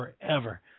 forever